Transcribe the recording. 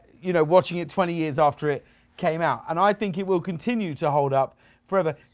you know, watching it twenty years after it came out. and i think it will continue to hold up forever.